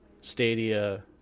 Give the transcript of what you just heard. Stadia